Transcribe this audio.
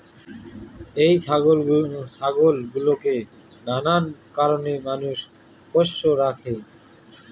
এই ছাগল গুলোকে নানান কারণে মানুষ পোষ্য রাখে